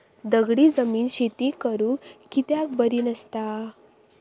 दगडी जमीन शेती करुक कित्याक बरी नसता?